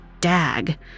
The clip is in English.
Dag